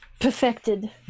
perfected